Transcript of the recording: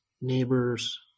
neighbors